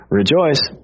rejoice